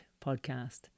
podcast